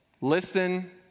listen